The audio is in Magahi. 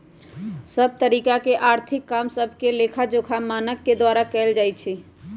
सभ तरिका के आर्थिक काम सभके लेखाजोखा मानक के द्वारा कएल जाइ छइ